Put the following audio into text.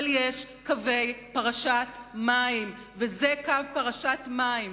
אבל יש קווי פרשת מים, וזה קו פרשת מים.